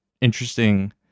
interesting